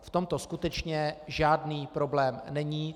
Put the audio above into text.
V tomto skutečně žádný problém není.